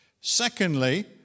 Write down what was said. Secondly